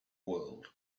world